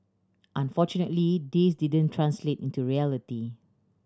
unfortunately this didn't translate into reality